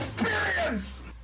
EXPERIENCE